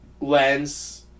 lens